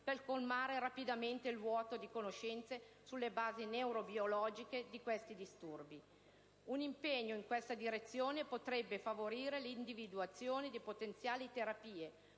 per colmare rapidamente il vuoto di conoscenze sulle basi neurobiologiche di detti disturbi. Un impegno in questa direzione potrebbe favorire l'individuazione di potenziali terapie,